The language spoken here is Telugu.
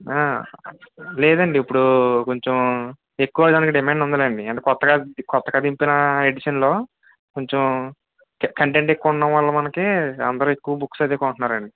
లేదండి ఇప్పుడు కొంచెం ఎక్కువ దానికి డిమాండ్ ఉందిలేండి అంటే కొత్త కొత్తగా దింపిన ఎడిషన్లో కొంచెం కంటెంట్ ఎక్కువ ఉండడం వలన మనకి అందరు ఎక్కువ బుక్స్ అది కొంటున్నారండి